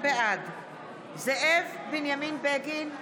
בעד זאב בנימין בגין,